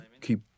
keep